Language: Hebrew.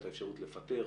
את האפשרות לפטר,